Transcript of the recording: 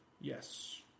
yes